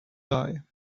die